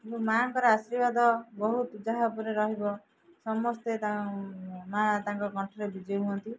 ଏବଂ ମାଆଙ୍କର ଆଶୀର୍ବାଦ ବହୁତ ଯାହା ଉପରେ ରହିବ ସମସ୍ତେ ମାଆ ତାଙ୍କ କଣ୍ଠରେ ବିଜେ ହୁଅନ୍ତି